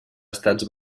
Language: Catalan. estats